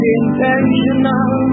intentional